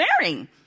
wearing